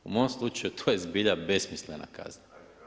U mom slučaju to je zbilja besmislena kazna.